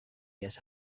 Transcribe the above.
get